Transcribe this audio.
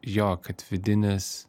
jo kad vidinis